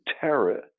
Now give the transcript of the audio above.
terror